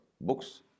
books